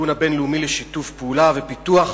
הארגון הבין-לאומי לשיתוף פעולה ולפיתוח.